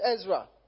Ezra